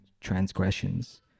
transgressions